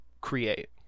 create